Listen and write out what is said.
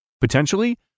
potentially